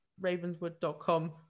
ravenswood.com